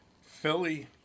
Philly